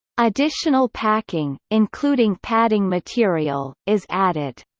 additional packing, including padding material, is added.